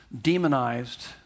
demonized